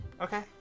Okay